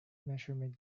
measurement